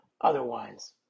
otherwise